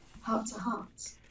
heart-to-heart